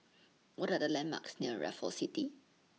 What Are The landmarks near Raffles City